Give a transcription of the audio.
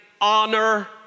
honor